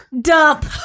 dump